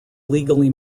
legally